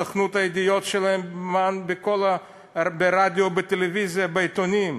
סוכנות הידיעות שלהם ברדיו, בטלוויזיה ובעיתונים,